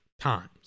times